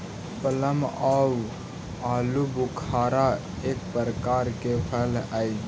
plum आउ आलूबुखारा एक प्रकार के फल हई